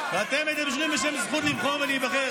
אתם מדברים בשם הזכות לבחור ולהיבחר?